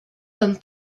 comme